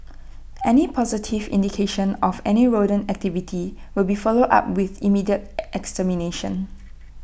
any positive indication of any rodent activity will be followed up with immediate extermination